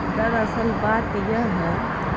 در اصل بات یہ ہے